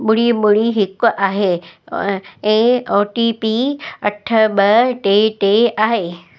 ॿुड़ी ॿुड़ी हिकु आहे ऐं ओ टी पी अठ ॿ टे टे आहे